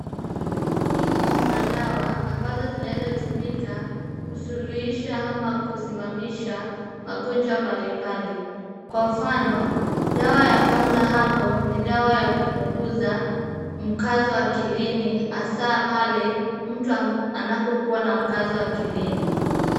Hizi ni madawa ambazo zinaeza tumika kusuluhisha ama kusimamisha magonjwa mbalimbali. Kwa mfano, dawa ya kwanza hapo ni dawa ya kupunguza mkazo akilini hasa pale mtu anapokuwa na mkazo akilini.